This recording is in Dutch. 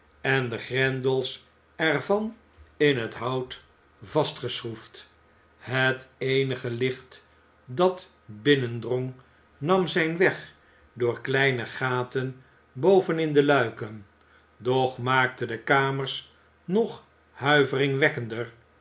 en de grendels ervan in het hout vastgeschroefd het eenige licht dat binnendrong nam zijn weg door kleine gaten boven in de luiken doch maakte de kamers nog huiveringwekkender